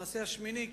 למעשה השמיני,